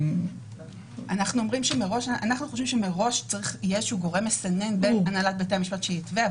--- אנחנו חושבים שמראש יש גורם מסנן בהנהלת בתי המשפט שיתווה,